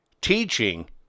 teaching